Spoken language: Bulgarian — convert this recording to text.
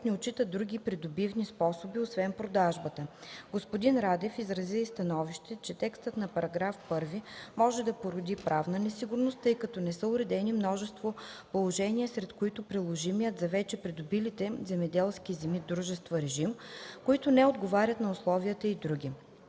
не отчита други придобивни способи освен продажбата. Господин Радев изрази становище, че текстът на § 1 може да породи правна несигурност, тъй като не са уредени множество положения, сред които приложимият за вече придобилите земеделски земи дружества режим, които не отговарят на условията и други.